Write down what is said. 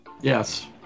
Yes